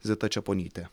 zita čeponytė